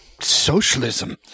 socialism